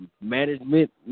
Management